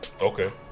okay